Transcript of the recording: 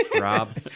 Rob